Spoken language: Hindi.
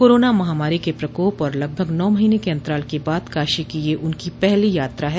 कोरोना महामारी के प्रकोप और लगभग नौ महीने के अंतराल के बाद काशी की यह उनकी पहली यात्रा है